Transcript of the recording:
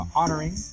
honoring